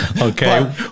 Okay